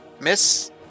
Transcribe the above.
Miss